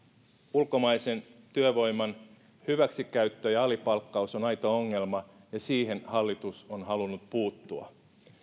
ulkomaisen työvoiman hyväksikäyttö ja alipalkkaus on aito ongelma ja siihen hallitus on halunnut puuttua